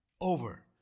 over